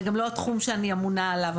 זה גם לא התחום שאני אמונה עליו,